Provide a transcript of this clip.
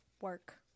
work